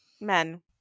Men